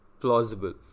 plausible